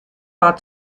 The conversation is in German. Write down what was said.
war